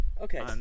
Okay